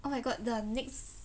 oh my god the next